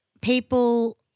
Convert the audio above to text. people